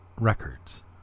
Records